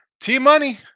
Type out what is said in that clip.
T-Money